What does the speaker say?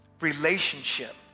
relationship